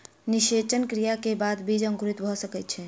निषेचन क्रिया के बाद बीज अंकुरित भ सकै छै